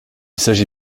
s’agit